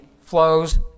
flows